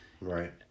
Right